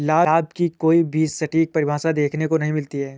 लाभ की कोई भी सटीक परिभाषा देखने को नहीं मिलती है